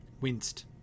Winced